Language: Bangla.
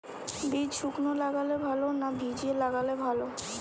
বীজ শুকনো লাগালে ভালো না ভিজিয়ে লাগালে ভালো?